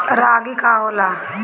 रागी का होला?